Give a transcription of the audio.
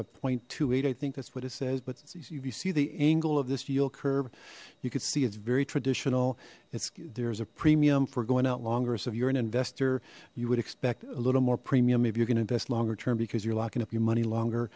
zero point two eight i think that's what it says but you see the angle of this yield curve you could see it's very traditional it's there's a premium for going out longer so if you're an investor you would expect a little more premium if you're gonna invest longer term because you're locking up your money longer